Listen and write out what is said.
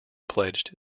pledged